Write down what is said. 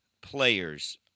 players